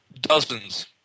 dozens